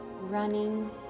running